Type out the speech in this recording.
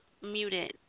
muted